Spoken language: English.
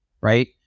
right